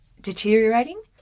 deteriorating